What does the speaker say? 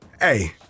Hey